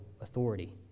authority